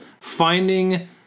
finding